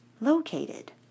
located